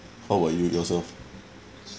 how about you yourself